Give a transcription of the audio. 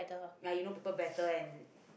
you know people better and